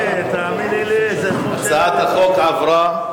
הצעת החוק עברה,